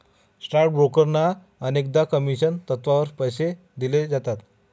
stock ब्रोकर्सना अनेकदा commission तत्त्वावर पैसे दिले जातात